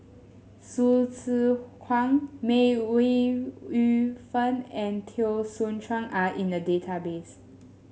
Hsu Tse Kwang May Ooi Yu Fen and Teo Soon Chuan are in the database